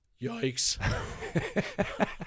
Yikes